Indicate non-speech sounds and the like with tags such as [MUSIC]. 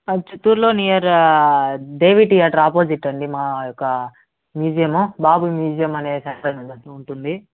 అవును చిత్తూరులో near Devi theatre opposite అండి మా యొక్క మ్యూజియము బాబు మ్యూజియం అనేసి [UNINTELLIGIBLE] దాంట్లో ఉంటుంది